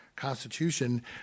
constitution